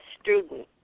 student